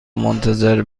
منتظر